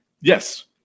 Yes